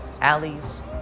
alleys